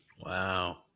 Wow